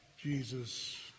Jesus